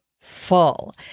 full